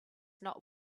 not